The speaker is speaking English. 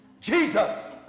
Jesus